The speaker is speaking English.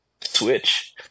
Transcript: Switch